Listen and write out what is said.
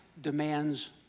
demands